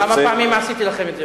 כמה פעמים עשיתי לכם את זה,